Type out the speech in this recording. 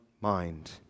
mind